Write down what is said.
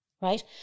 right